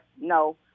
no